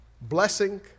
blessing